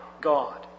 God